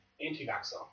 anti-vaxxer